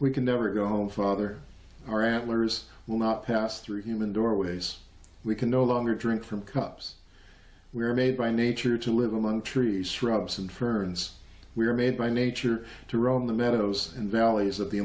we can never go home father our antlers will not pass through human doorways we can no longer drink from cups we are made by nature to live among trees shrubs and ferns we are made by nature to roam the meadows and valleys of the